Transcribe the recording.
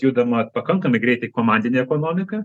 judama pakankamai greitai komandinė ekonomika